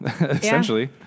Essentially